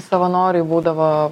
savanoriai būdavo